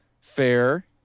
Fair